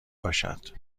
باشد